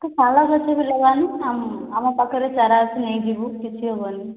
ତୁ ଶାଳ ଗଛ ବି ଲଗା ନ ଆମ ଆମ ପାଖରେ ଚାରା ଅଛି ନେଇଯିବୁ କିଛି ହେବନି